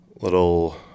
Little